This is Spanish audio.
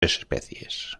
especies